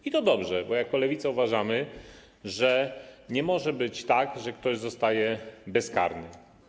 I to dobrze, bo jako Lewica uważamy, że nie może być tak, że ktoś pozostaje bezkarny.